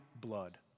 blood